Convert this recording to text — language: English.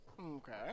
okay